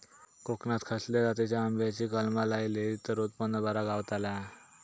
कोकणात खसल्या जातीच्या आंब्याची कलमा लायली तर उत्पन बरा गावताला?